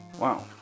Wow